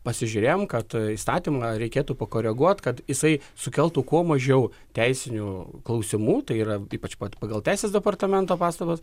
pasižiūrėjom kad įstatymą reikėtų pakoreguot kad jisai sukeltų kuo mažiau teisinių klausimų tai yra ypač pagal teisės departamento pastabas